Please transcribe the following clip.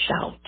shout